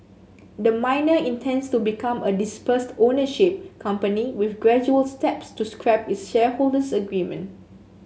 the miner intends to become a dispersed ownership company with gradual steps to scrap its shareholders agreement